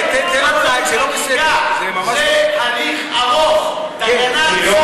זה הליך ארוך, תקנת שר אוצר.